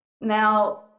Now